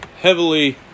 heavily